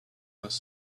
was